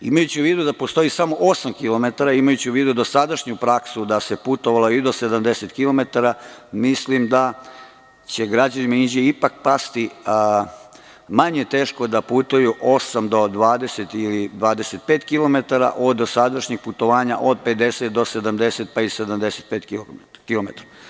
Imajući u vidu da postoji samo osam kilometara, imajući u vidu dosadašnju praksu da se putovalo i do 70 kilometra, mislim da će građanima Inđije ipak pasti manje teško da putuju osam do 20 ili 25 kilometara od dosadašnjeg putovanja od 50 do 70 pa i 75 kilometara.